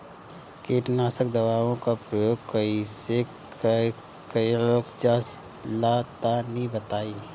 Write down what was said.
कीटनाशक दवाओं का प्रयोग कईसे कइल जा ला तनि बताई?